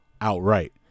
outright